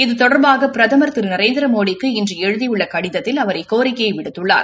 இது தொடர்பாக பிரதமர் திரு நரேந்திரமோடிக்கு இன்று எழுதியுள்ள கடிதத்தில் அவர் இக்கோரிக்கையை விடுத்துள்ளார்